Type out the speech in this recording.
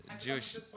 Jewish